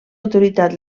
autoritat